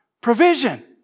provision